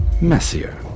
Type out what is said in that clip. messier